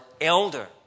elder